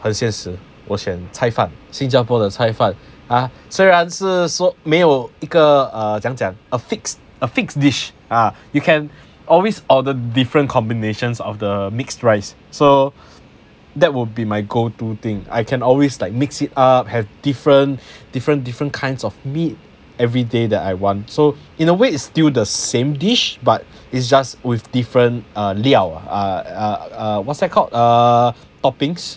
很现实我选菜饭新加坡的菜饭 ah 虽然是说没有一个 err 怎样讲 a fixed a fixed dish ah you can always order different combinations of the mixed rice so that would be my go to think I can always like mix it up have different different different kinds of meat every everyday that I want so in a way is still the same dish but it's just with different ah 料 ah what's that called ah toppings